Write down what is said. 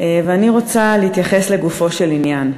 ואני רוצה להתייחס לגופו של עניין.